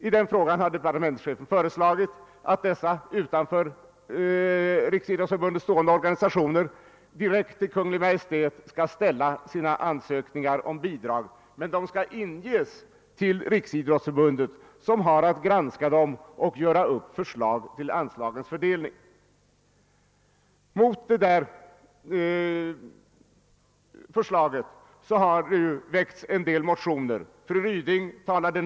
I denna fråga har departementschefen föreslagit, att dessa riksorganisationer skall ställa sina ansökningar om bidrag direkt till Kungl. Maj:t, men de skall inges till Riksidrottsförbundet som har att granska dem och göra upp förslag till anslagens fördelning. Det har väckts vissa motioner mot dessa förslag.